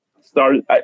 started